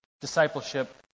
discipleship